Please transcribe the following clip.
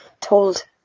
told